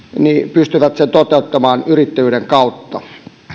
pystyvät sen toteuttamaan yrittäjyyden kautta